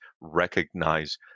recognize